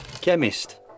Chemist